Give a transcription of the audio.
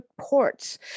ports